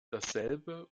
dasselbe